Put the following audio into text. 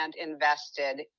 invested